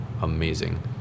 amazing